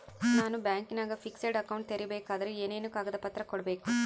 ನಾನು ಬ್ಯಾಂಕಿನಾಗ fixed account ತೆರಿಬೇಕಾದರೆ ಏನೇನು ಕಾಗದ ಪತ್ರ ಕೊಡ್ಬೇಕು?